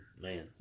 Man